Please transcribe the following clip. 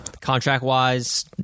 Contract-wise